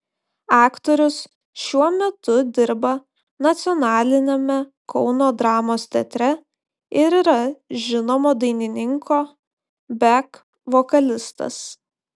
aktorius šiuo metu dirba nacionaliniame kauno dramos teatre ir yra žinomo dainininko bek vokalistas